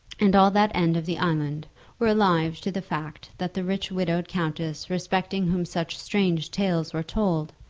and all that end of the island were alive to the fact that the rich widowed countess respecting whom such strange tales were told,